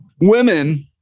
Women